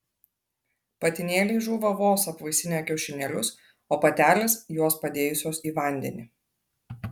patinėliai žūva vos apvaisinę kiaušinėlius o patelės juos padėjusios į vandenį